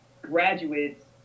graduates